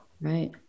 Right